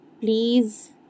please